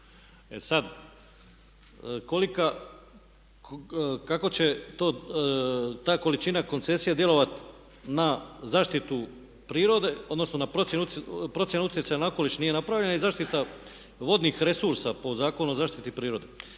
kako će ta količina koncesija djelovati na zaštitu prirode, odnosno na procjenu utjecaja na okoliš nije napravljena i zaštita vodnih resursa po Zakonu o zaštiti prirode.